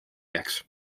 jääks